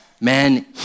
Man